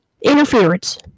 interference